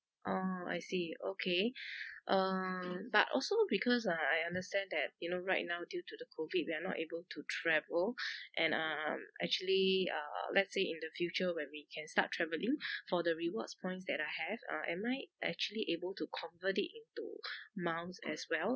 oh I see okay um but also because uh I understand that you know right now due to the COVID we are not able to travel and um actually uh let's say in the future when we can start travelling for the rewards points that I have uh am I actually able to convert it into miles as well